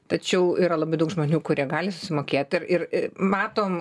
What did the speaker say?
tačiau yra labai daug žmonių kurie gali susimokėti ir ir matom